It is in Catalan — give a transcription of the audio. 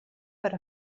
per